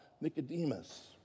Nicodemus